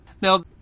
Now